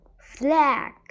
flag